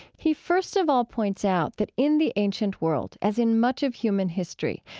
he first of all points out that in the ancient world, as in much of human history,